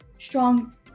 strong